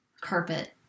carpet